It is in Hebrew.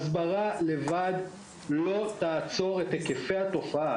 הסברה לבדה לא תעצור את היקף התופעה.